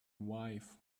wife